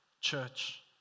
church